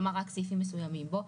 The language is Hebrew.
כלומר רק סעיפים מסויימים בו,